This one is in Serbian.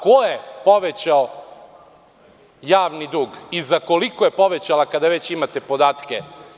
Ko je povećao javni dug i za koliko je povećala, kada već imate podatke?